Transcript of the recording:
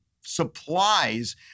supplies